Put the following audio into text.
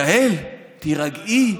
יעל, תירגעי,